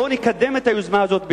בוא נקדם את היוזמה הזאת ביחד,